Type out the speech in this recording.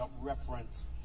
reference